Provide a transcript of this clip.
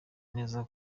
neza